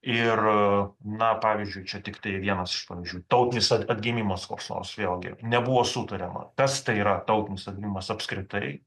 ir na pavyzdžiui čia tiktai vienas iš pavyzdžių tautinis atgimimas koks nors vėlgi nebuvo sutariama kas tai yra tautinis atgimimas apskritai